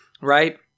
right